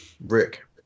Rick